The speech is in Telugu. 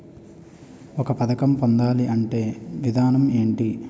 ఒక పథకం పొందాలంటే విధానం ఏంటి?